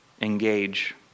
engage